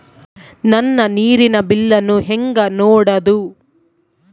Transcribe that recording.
ನನ್ನ ನೇರಿನ ಬಿಲ್ಲನ್ನು ಹೆಂಗ ನೋಡದು?